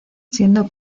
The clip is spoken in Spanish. siendo